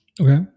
okay